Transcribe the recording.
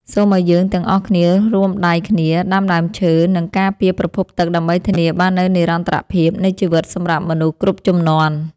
សូមឱ្យយើងទាំងអស់គ្នារួមដៃគ្នាដាំដើមឈើ និង ការពារប្រភពទឹកដើម្បីធានាបាននូវនិរន្តរភាពនៃជីវិតសម្រាប់មនុស្សគ្រប់ជំនាន់។